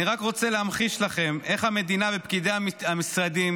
אני רק רוצה להמחיש לכם איך המדינה ופקידי המשרדים